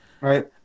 Right